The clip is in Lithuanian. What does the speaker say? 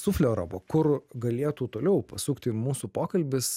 sufleravo kur galėtų toliau pasukti mūsų pokalbis